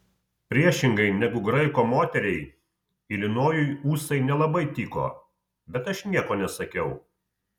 priešingai negu graiko moteriai ilinojui ūsai nelabai tiko bet aš nieko nesakiau